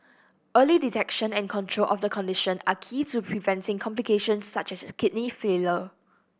early detection and control of the condition are key to preventing complications such as kidney failure